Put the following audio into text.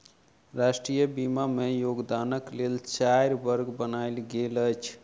राष्ट्रीय बीमा में योगदानक लेल चाइर वर्ग बनायल गेल अछि